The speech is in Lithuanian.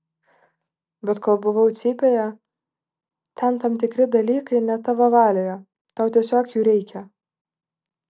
bet kol buvau cypėje ten tam tikri dalykai ne tavo valioje tau tiesiog jų reikia